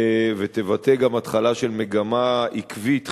ותבטא גם התחלה של מגמה עקבית חיובית,